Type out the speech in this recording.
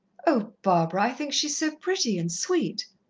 oh, barbara! i think she's so pretty and sweet.